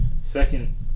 Second